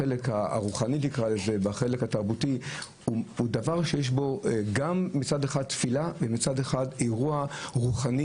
החלק התרבותי הוא דבר שיש בו גם מצד אחד תפילה וגם אירוע רוחני